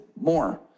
more